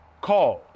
called